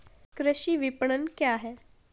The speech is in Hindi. कृषि विपणन क्या है?